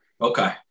Okay